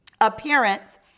appearance